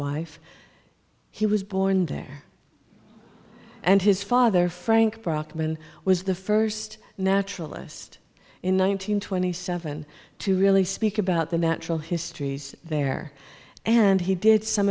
wife he was born there and his father frank brockman was the first naturalist in one nine hundred twenty seven to really speak about the natural histories there and he did some